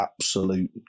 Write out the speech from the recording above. absolute